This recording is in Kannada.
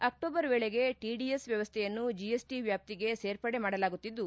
ಆಕ್ಲೋಬರ್ ವೇಳೆಗೆ ಟಿಡಿಎಸ್ ವ್ಯವಸ್ಥೆಯನ್ನು ಜಿಎಸ್ಟಿ ವ್ಯಾಪ್ತಿಗೆ ಸೇರ್ಪಡೆ ಮಾಡಲಾಗುತ್ತಿದ್ದು